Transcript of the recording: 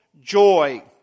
joy